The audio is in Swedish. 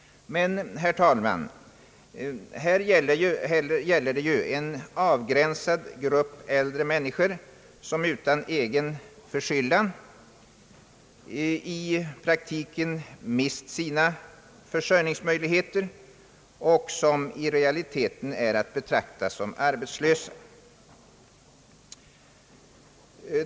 Men, herr talman, här gäller det ju en avgränsad grupp äldre människor, som utan egen förskyllan i praktiken har mist sina försörjningsmöjligheter och som i realiteten är att betrakta såsom arbetslösa.